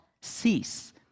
cease